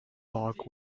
log